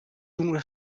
una